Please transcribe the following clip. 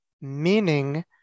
meaning